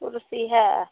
कुरसी हइ